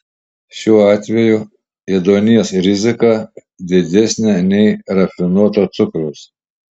šiuo atveju ėduonies rizika didesnė nei rafinuoto cukraus